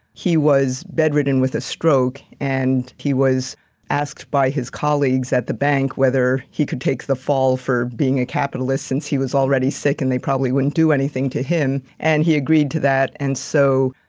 he was bedridden with a stroke. and he was asked by his colleagues at the bank whether he could take the fall for being a capitalist since he was already sick, and they probably wouldn't do anything to him. and he agreed to that. and so,